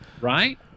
right